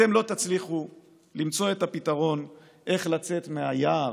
אתם לא תצליחו למצוא את הפתרון איך לצאת מהיער,